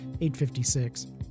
856